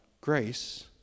Grace